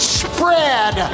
spread